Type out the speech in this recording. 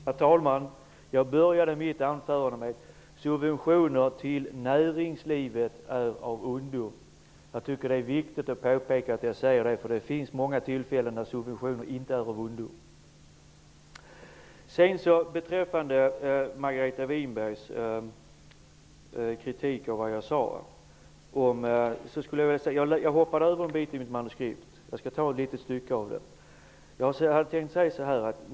Herr talman! Jag började mitt anförande med att säga att subventioner till näringslivet är av ondo. Jag tycker att det är viktigt att påpeka detta. Det finns många tillfällen när subventioner inte är av ondo. Margareta Winberg kritiserade vad jag sade. Jag hoppade över en bit i mitt manuskript. Det var följande.